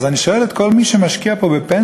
אז אני שואל את כל מי שמשקיע פה בפנסיות,